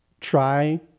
try